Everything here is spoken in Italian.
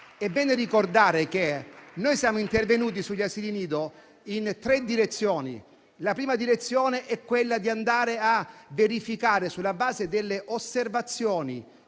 È bene ricordare che noi siamo intervenuti sugli asili nido in tre direzioni. La prima direzione è quella di andare a verificare, sulla base delle osservazioni